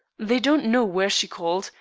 they don't know where she called,